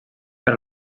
per